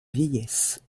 vieillesse